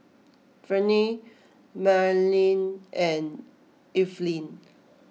Verne Manley and Evelin